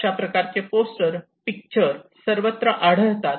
अशा प्रकारचे poster picture सर्वत्र आढळतात